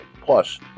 Plus